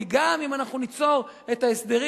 כי גם אם אנחנו ניצור את ההסדרים